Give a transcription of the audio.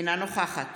אינה נוכחת